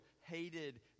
hated